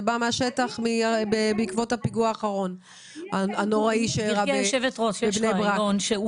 זה בא מהשטח בעקבות הפיגוע האחרון שארע בבני ברק.